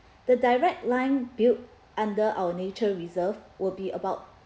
the direct line built under our nature reserve will be about